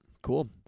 Cool